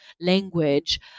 language